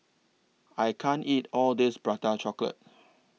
I can't eat All of This Prata Chocolate